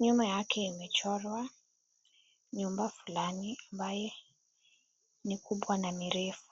nyuma yake imechorwa nyumba fulani ambaye ni kubwa na ni refu.